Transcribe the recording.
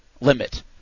limit